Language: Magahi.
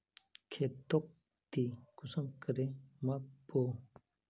खेतोक ती कुंसम करे माप बो?